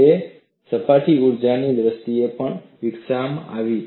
તે સપાટી ઊર્જાની દ્રષ્ટિએ પણ વિકસાવવામાં આવી હતી